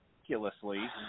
ridiculously